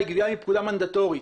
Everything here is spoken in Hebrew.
היא גבייה מפקודה מנדטורית,